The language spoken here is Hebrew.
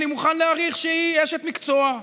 אני מוכן להעריך שהיא אשת מקצוע.